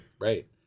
Right